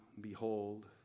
behold